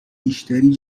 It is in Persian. بیشتری